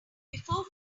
before